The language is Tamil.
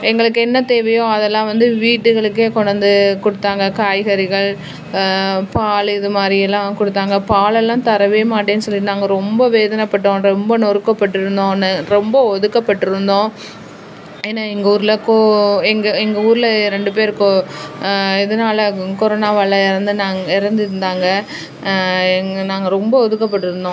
எங்களுக்கு என்ன தேவையோ அதெல்லாம் வந்து வீடுகளுக்கே கொண்டு வந்து கொடுத்தாங்க காய்கறிகள் பால் இது மாதிரிலாம் கொடுத்தாங்க பால் எல்லாம் தரவே மாட்டேன் சொல்லியிருந்தாங்க ரொம்ப வேதனைப்பட்டோம் ரொம்ப நொறுக்கப்பட்டிருந்தோம் ந ரொம்ப ஒதுக்கப்பட்டிருந்தோம் ஏனால் எங்கள் ஊரில் கொ எங்கள் எங்கள் ஊரில் ரெண்டு பேர் கொ எதனால கொரோனாவால் இறந்துன்னாங் இறந்துருந்தாங்க எங்கள் நாங்க ரொம்ப ஒதுக்கப்பட்டிருந்தோம்